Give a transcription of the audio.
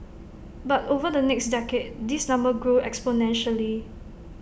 but over the next decade this number grew exponentially